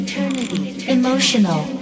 emotional